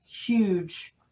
huge